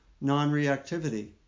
non-reactivity